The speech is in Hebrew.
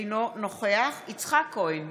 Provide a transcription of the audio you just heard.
אינו נוכח יצחק כהן,